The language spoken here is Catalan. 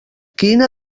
quina